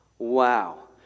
Wow